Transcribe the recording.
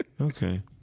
Okay